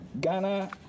Ghana